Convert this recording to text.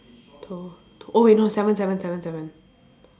oh no seven seven seven seven